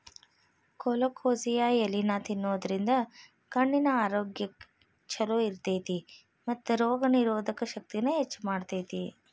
colocasia ಎಲಿನಾ ತಿನ್ನೋದ್ರಿಂದ ಕಣ್ಣಿನ ಆರೋಗ್ಯ್ ಚೊಲೋ ಇರ್ತೇತಿ ಮತ್ತ ರೋಗನಿರೋಧಕ ಶಕ್ತಿನ ಹೆಚ್ಚ್ ಮಾಡ್ತೆತಿ